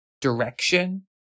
direction